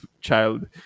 child